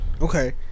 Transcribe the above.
Okay